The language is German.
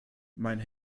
mein